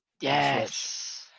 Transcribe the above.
Yes